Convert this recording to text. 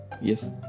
Yes